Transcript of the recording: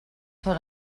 són